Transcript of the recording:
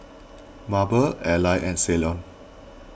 Mable Alvy and Ceylon